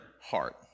heart